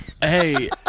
Hey